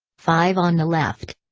five on the left.